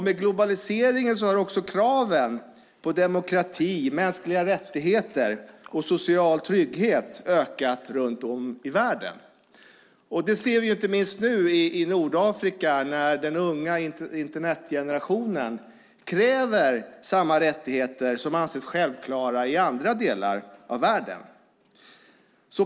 Med globaliseringen har också kraven på demokrati, mänskliga rättigheter och social trygghet ökat runt om i världen. Det ser vi inte minst nu i Nordafrika när den unga Internetgenerationen kräver samma rättigheter som anses självklara i andra delar av världen.